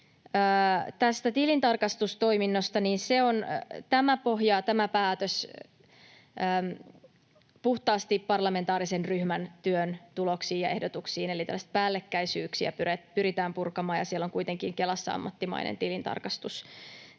Tästä tilintarkastustoiminnasta, niin tämä päätös pohjaa puhtaasti parlamentaarisen ryhmän työn tuloksiin ja ehdotuksiin, eli tällaisia päällekkäisyyksiä pyritään purkamaan, ja Kelassa on kuitenkin ammattimainen tilintarkastus